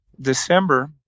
December